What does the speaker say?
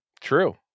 True